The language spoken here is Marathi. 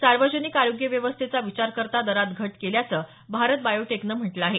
सार्वजनिक आरोग्य व्यवस्थेचा विचार करता दरात घट केल्याचं भारत बायोटेकनं म्हटलं आहे